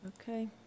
Okay